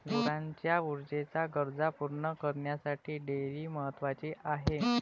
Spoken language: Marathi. गुरांच्या ऊर्जेच्या गरजा पूर्ण करण्यासाठी डेअरी महत्वाची आहे